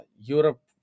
Europe